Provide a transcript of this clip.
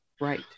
Right